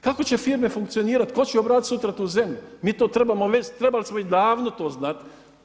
Kako će firme funkcionirati, tko će obraditi sutra tu zemlju, mi to trebamo već, trebali smo već davno to znati.